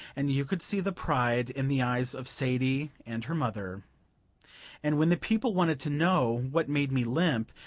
and you could see the pride in the eyes of sadie and her mother and when the people wanted to know what made me limp,